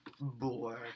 boy